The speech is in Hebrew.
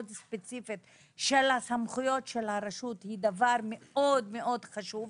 ספציפית של הסמכויות של הרשות היא דבר מאוד חשוב,